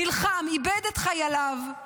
נלחם, איבד את חייליו,